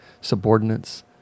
subordinates